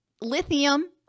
Lithium